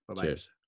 cheers